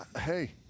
hey –